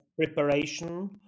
preparation